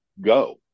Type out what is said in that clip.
go